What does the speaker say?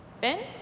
Ben